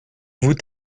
vous